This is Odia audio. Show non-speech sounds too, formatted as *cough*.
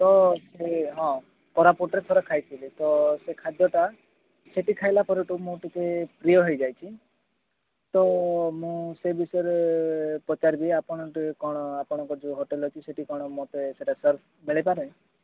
ତ ସେ ହଁ କୋରାପୁଟରେ ଥରେ ଖାଇଥିଲି ତ ସେ ଖାଦ୍ୟଟା ସେଠି ଖାଇଲା ପରଠୁ ମୁଁ ଟିକିଏ ପ୍ରିୟ ହେଇଯାଇଛି ତ ମୁଁ ସେଇ ବିଷୟରେ ପଚାରିବି ଆପଣ *unintelligible* କଣ ଆପଣଙ୍କର ଯୋଉ ହୋଟେଲ୍ ଅଛି ସେଠି କଣ ମୋତେ ସେଟା ସାର୍ ମିଳିପାରେ